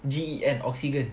G E N oksigen